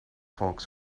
folks